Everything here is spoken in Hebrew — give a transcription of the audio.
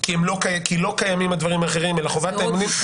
כי לא קיימים הדברים האחרים אלא חובת האמונים,